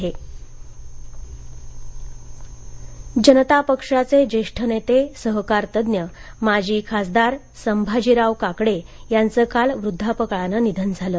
निधन जनता पक्षाचे ज्येष्ठ नेते सहकार तज्ज्ञ माजी खासदार संभाजीराव काकडे यांचं काल वृद्धापकाळाने निधन झालं